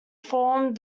formed